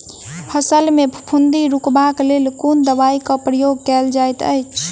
फसल मे फफूंदी रुकबाक लेल कुन दवाई केँ प्रयोग कैल जाइत अछि?